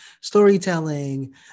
storytelling